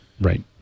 Right